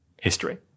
history